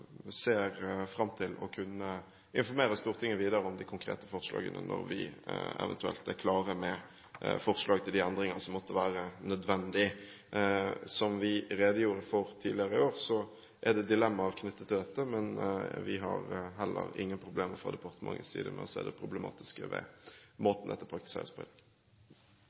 ser fram til å kunne informere Stortinget videre om de konkrete forslagene når vi eventuelt er klare med forslag til de endringer som måtte være nødvendige. Som vi redegjorde for tidligere i år, er det dilemmaer knyttet til dette, men vi har heller ingen problemer fra departementets side med å se det problematiske ved måten dette praktiseres på